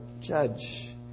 judge